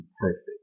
perfect